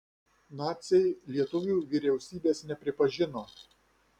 naciai lietuvių vyriausybės nepripažino